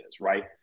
right